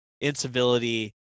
incivility